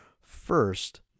first